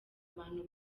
abantu